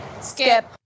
Skip